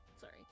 sorry